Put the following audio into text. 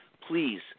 please